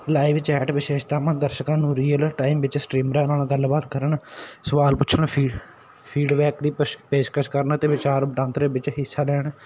live chat ਵਿਸ਼ੇਸ਼ਤਾਵਾਂ ਦਰਸ਼ਕਾਂ ਨੂੰ ਰੀਅਲ ਟਾਈਮ ਵਿੱਚ ਸਟਰੀਮਰਾਂ ਨਾਲ ਗੱਲਬਾਤ ਕਰਨ ਸੁਆਲ ਪੁੱਛਣ ਫੀ ਫੀਡਬੈਕ ਦੀ ਪਸ਼ ਪੇਸ਼ਕਸ਼ ਕਰਨ ਅਤੇ ਵਿਚਾਰ ਵਟਾਂਦਰੇ ਵਿੱਚ ਹਿੱਸਾ ਲੈਣ